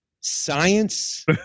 science